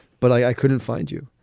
but i couldn't find you.